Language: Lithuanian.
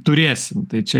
turėsim tai čia